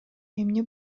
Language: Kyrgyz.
эмне